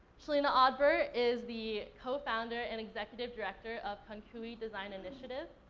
chelina odbert is the co-founder and executive director of kounkuey design initiative,